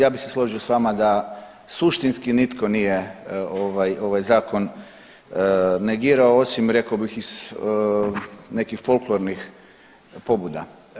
Ja bih se složio sa vama da suštinski nitko nije ovaj zakon negirao osim rekao bih iz nekih folklornih pobuda.